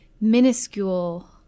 minuscule